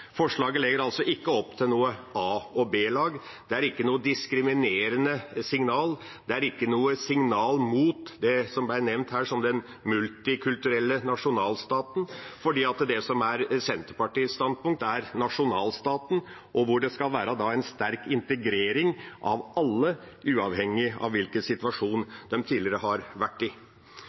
Forslaget legger altså ikke opp til noe a- og b-lag. Det er ikke noe diskriminerende signal, det er ikke noe signal mot det som her ble nevnt som den multikulturelle nasjonalstaten. Det som er Senterpartiets standpunkt, er nasjonalstaten, hvor det skal være en sterk integrering av alle – uavhengig av hvilken situasjon man tidligere har vært i.